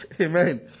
Amen